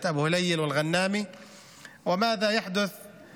איך הרשויות הורסות ואיך הממשלה הורסת כפרים שלמים.